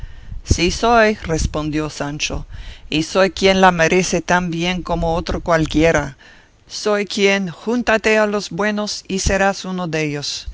sí soy respondió sancho y soy quien la merece tan bien como otro cualquiera soy quien júntate a los buenos y serás uno dellos